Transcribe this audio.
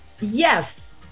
Yes